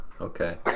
okay